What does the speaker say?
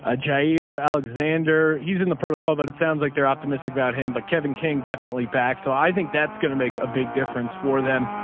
ah jighere alexander he's in the protocol, but it sounds like they're optimistic about him, but kevin king definitely backs. so i think that's going to make a big difference for them.